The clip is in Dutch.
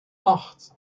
acht